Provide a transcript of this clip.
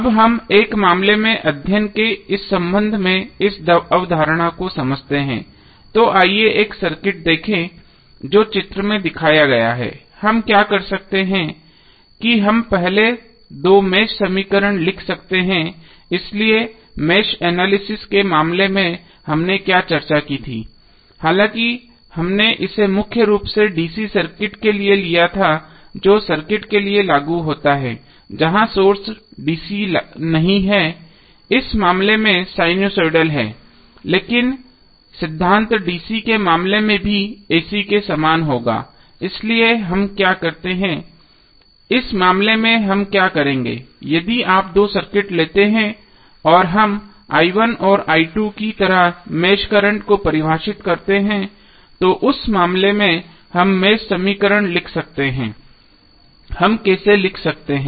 अब हम एक मामले में अध्ययन के संबंध में इस अवधारणा को समझते हैं तो आइए एक सर्किट देखें जो चित्र में दिखाया गया है हम क्या कर सकते हैं कि हम पहले दो मेष समीकरण लिख सकते हैं इसलिए मेष एनालिसिस के मामले में हमने क्या चर्चा की थी हालांकि हमने इसे मुख्य रूप से DC सर्किट के लिए किया था जो सर्किट के लिए लागू होता है जहां सोर्स DC नहीं है इस मामले में यह साइनुसाइडल है लेकिन सिद्धांत DC के मामले में भी AC के समान होगा इसलिए हम क्या करते हैं इस मामले में क्या करेंगे यदि आप दो सर्किट लेते हैं और हम और की तरह मेष करंट को परिभाषित करते हैं तो उसके मामले में हम मेष समीकरण लिख सकते हैं हम कैसे लिख सकते हैं